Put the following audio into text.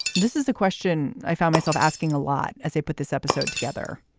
this is the question i found myself asking a lot as they put this episode together,